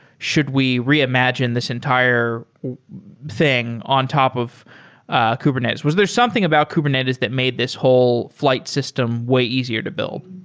should we reimagine this entire thing on top of ah kubernetes? was there something about kubernetes that made this whole fl ight system way easier to build?